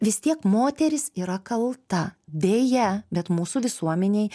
vis tiek moteris yra kalta deja bet mūsų visuomenėj